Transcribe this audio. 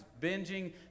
binging